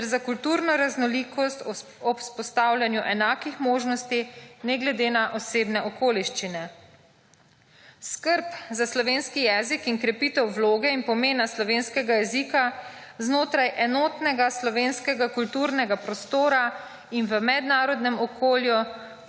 ter za kulturno raznolikost ob vzpostavljanju enakih možnosti ne glede na osebne okoliščine; skrb za slovenski jezik in krepitev vloge in pomena slovenskega jezika znotraj enotnega slovenskega kulturnega prostora in v mednarodnem okolju,